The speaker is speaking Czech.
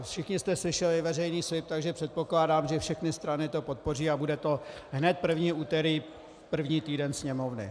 Všichni jste slyšeli veřejný slib, takže předpokládám, že všechny strany to podpoří a bude to hned první úterý první týden Sněmovny.